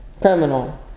criminal